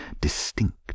distinct